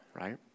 right